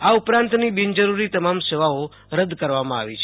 આ ઉપરાંતની બિનજરૂરી તમામ સેવાઓ રદ કરવામાં આવી છે